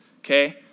Okay